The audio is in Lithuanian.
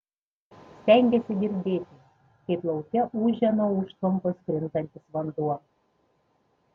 stengėsi girdėti kaip lauke ūžia nuo užtvankos krintantis vanduo